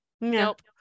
Nope